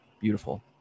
beautiful